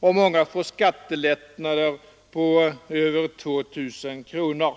och många får skattelättnader på över 2 000 kronor.